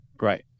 Right